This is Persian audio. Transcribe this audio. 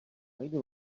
خیلی